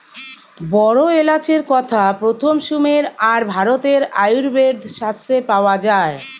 বড় এলাচের কথা প্রথম সুমের আর ভারতের আয়ুর্বেদ শাস্ত্রে পাওয়া যায়